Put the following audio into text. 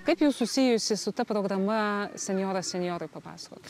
kaip jus susijusi su ta programa senjoras senjorui papasakot